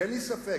כי אין לי ספק,